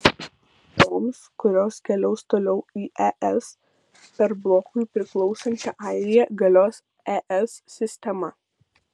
toms kurios keliaus toliau į es per blokui priklausančią airiją galios es sistema